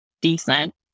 decent